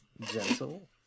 gentle